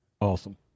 awesome